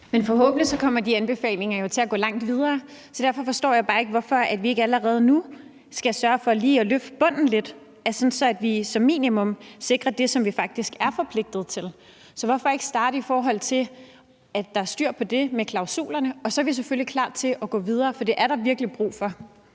forhåbentlig kommer de anbefalinger til at gå langt videre. Så derfor forstår jeg bare ikke, hvorfor vi ikke allerede nu skal sørge for lige at løfte bunden lidt, altså så vi som minimum sikrer det, som vi faktisk er forpligtet til. Så hvorfor ikke starte med, at der er styr på det med klausulerne? Og så er vi selvfølgelig klar til at gå videre, for det er der virkelig brug for.